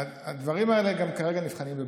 הדברים האלה גם כרגע נבחנים בבג"ץ,